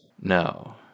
No